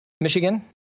michigan